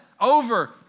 over